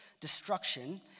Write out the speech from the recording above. destruction